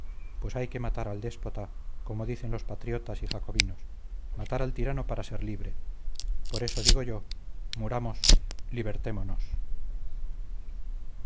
pues hay que matar al déspota como dicen los patriotas y jacobinos matar al tirano para ser libre por eso digo yo muramos